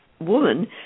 woman